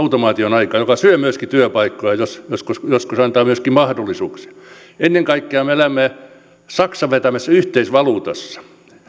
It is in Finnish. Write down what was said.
automaation aikaa joka syö myöskin työpaikkoja jos joskus joskus antaa myöskin mahdollisuuksia ennen kaikkea me elämme saksan vetämässä yhteisvaluutassa